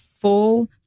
full